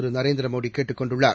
திருநரேந்திரமோடிகேட்டுக் கொண்டுள்ளார்